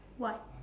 white